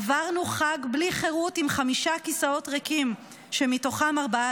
עברנו חג בלי חירות עם חמישה כיסאות ריקים שמתוכם ארבעה,